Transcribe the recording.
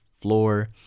floor